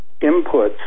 inputs